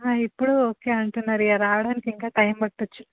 ఇప్పుడు ఓకే అంటున్నారు ఇంకా రావడానికి ఇంకా టైం పట్టచ్చు